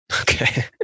Okay